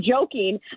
joking